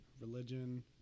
religion